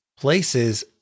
places